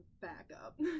backup